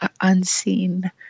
unseen